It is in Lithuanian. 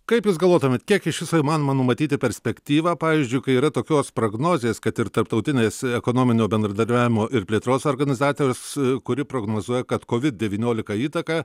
kaip jūs galvotumėt kiek iš viso įmanoma numatyti perspektyvą pavyzdžiui kai yra tokios prognozės kad ir tarptautinės ekonominio bendradarbiavimo ir plėtros organizacijos kuri prognozuoja kad kovid devyniolika įtaka